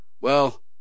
Well